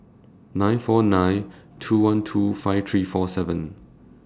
nine four nine two one two five three four seven